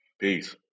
Peace